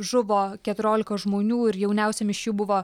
žuvo keturiolika žmonių ir jauniausiam iš jų buvo